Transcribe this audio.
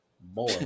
boy